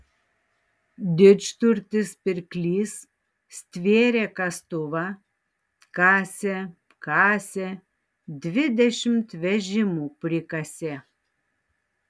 didžturtis pirklys stvėrė kastuvą kasė kasė dvidešimt vežimų prikasė